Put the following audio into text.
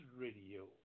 radio